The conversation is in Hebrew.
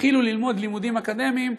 ותתחילו ללמוד לימודים אקדמיים,